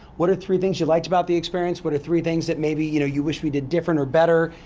what are three things you liked about the experience? what are three things that maybe, you know you wished we did different, or better?